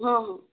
ହଁ ହଁ